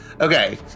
okay